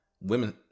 women